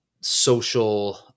social